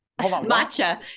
Matcha